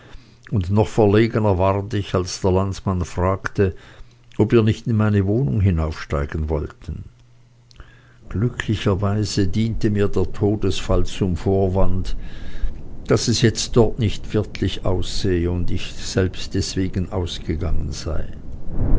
und noch verlegener ward ich als der landsmann fragte ob wir nicht in meine wohnung hinaufsteigen wollten glücklicherweise diente mir der todesfall zum vorwand daß es jetzt dort nicht wirtlich aussehe und ich selbst deswegen ausgegangen sei